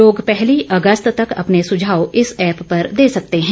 लोग पहली अगस्त तक अपने सुझाव इस एप्प पर दे सकते हैं